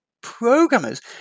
programmers